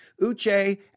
Uche